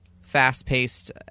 fast-paced